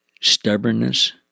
stubbornness